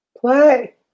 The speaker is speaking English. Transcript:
Play